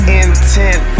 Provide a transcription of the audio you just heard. intent